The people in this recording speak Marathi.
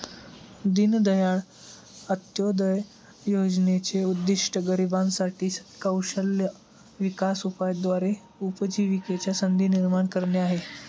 दीनदयाळ अंत्योदय योजनेचे उद्दिष्ट गरिबांसाठी साठी कौशल्य विकास उपायाद्वारे उपजीविकेच्या संधी निर्माण करणे आहे